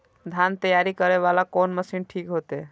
धान तैयारी करे वाला कोन मशीन ठीक होते?